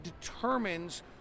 determines